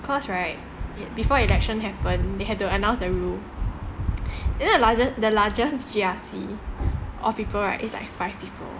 cause right before election happen they had to announce the rule then the larger the largest G_R_C of people right it's like five people